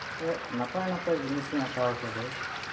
ᱥᱮ ᱱᱟᱯᱟᱭᱼᱱᱟᱯᱟᱭ ᱡᱤᱱᱤᱥᱤᱧ ᱟᱸᱠᱟᱣ ᱠᱟᱫᱟᱹᱧ